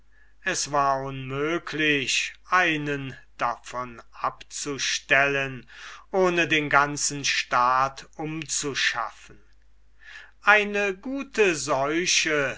es war unmöglich einen davon abzustellen ohne den ganzen staat umzuschaffen eine gute seuche